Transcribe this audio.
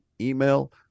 email